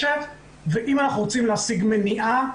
ואם אנחנו רוצים להשיג מניעה,